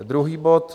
Druhý bod.